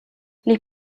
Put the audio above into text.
les